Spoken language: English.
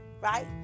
right